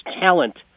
talent